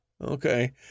okay